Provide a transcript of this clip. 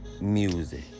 music